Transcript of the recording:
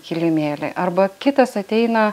kilimėlį arba kitas ateina